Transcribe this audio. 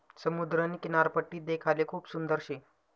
समुद्रनी किनारपट्टी देखाले खूप सुंदर शे